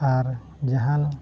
ᱟᱨ ᱡᱟᱦᱟᱱ